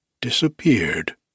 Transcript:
disappeared